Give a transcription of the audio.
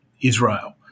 Israel